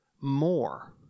more